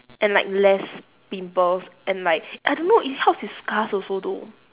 and like less pimples and like I don't know it helps with scars also though